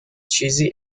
چیزی